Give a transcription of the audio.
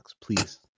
please